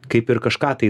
kaip ir kažką tai